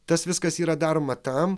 tas viskas yra daroma tam